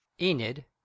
Enid